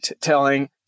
telling